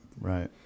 right